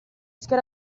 rischio